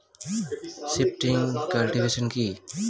Shifting cultivation কি?